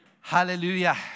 Hallelujah